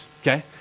okay